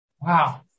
Wow